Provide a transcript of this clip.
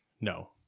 No